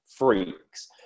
Freaks